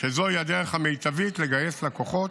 שזוהי הדרך המיטבית לגייס לקוחות